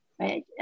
right